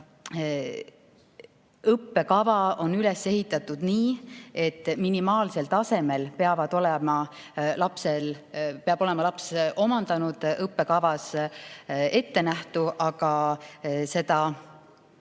Õppekava on üles ehitatud nii, et minimaalsel tasemel peab laps olema omandanud õppekavas ettenähtu, aga kindlasti